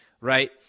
right